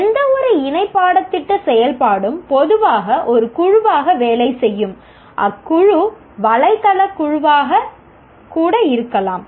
எந்தவொரு இணை பாடத்திட்ட செயல்பாடும் பொதுவாக ஒரு குழுவாக வேலை செய்யும் அக்குழு வலைதள குழுவாகக் கூட இருக்கலாம்